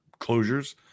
closures